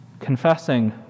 confessing